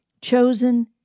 chosen